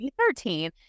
2013